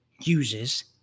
uses